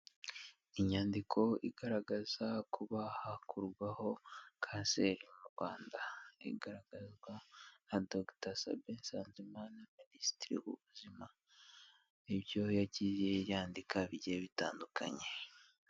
Inyandiko igaragaza kuba hakurwaho kanseri mu Rwanda, igaragazwa na Dogita Sabe Nsanzimana Minisitiri w'ubuzima, ibyo yagiye yandika bigiye bitandukanye.